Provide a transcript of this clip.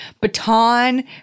baton